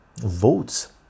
votes